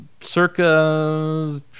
Circa